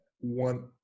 one